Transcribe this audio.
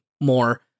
more